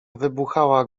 wybuchała